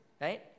right